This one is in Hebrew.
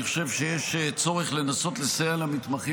אני חושב שיש צורך לנסות לסייע למתמחים